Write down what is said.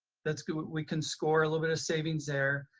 that's we can score a little bit of savings there.